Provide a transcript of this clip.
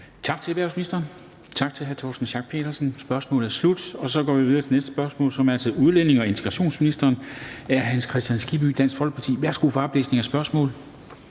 Tak til erhvervsministeren, tak til hr. Torsten Schack Pedersen. Spørgsmålet er slut. Så går vi videre til det næste spørgsmål, som er til udlændinge- og integrationsministeren af hr. Hans Kristian Skibby, Dansk Folkeparti. Kl. 14:07 Spm.